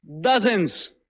Dozens